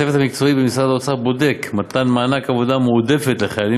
הצוות המקצועי במשרד האוצר בודק מתן מענק עבודה מועדפת לחיילים